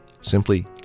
Simply